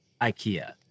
IKEA